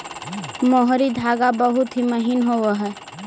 मोहरी धागा बहुत ही महीन होवऽ हई